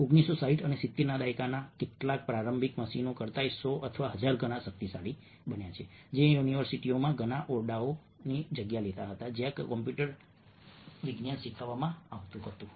1960 અને 70 ના દાયકાના કેટલાક પ્રારંભિક મશીનો કરતાં સો અથવા હજાર ગણા શક્તિશાળી બનો જે યુનિવર્સિટીઓમાં ઘણા ઓરડાઓ લેતી હતી જ્યાં કમ્પ્યુટર જ્યાં કમ્પ્યુટર વિજ્ઞાન શીખવવામાં આવતું હતું